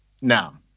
Now